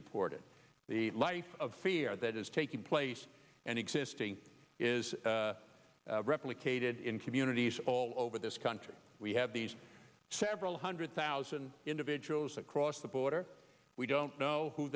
deported the life of fear that is taking place and existing is replicated in communities all over this country we have these several hundred thousand individuals across the border we don't know who